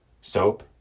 soap